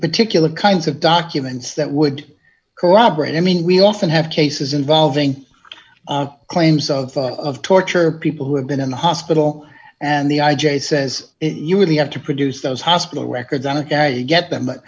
particular kinds of documents that would corroborate i mean we often have cases involving claims of torture people who have been in the hospital and the i j a says you really have to produce those hospital records on a guy get them but